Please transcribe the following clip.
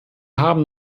haben